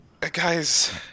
guys